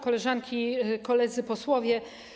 Koleżanki i Koledzy Posłowie!